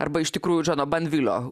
arba iš tikrųjų džono banvilio